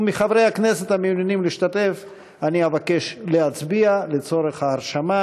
ומחברי הכנסת המעוניינים להשתתף אני אבקש להצביע לצורך ההרשמה.